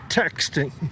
texting